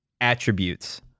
attributes